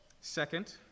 Second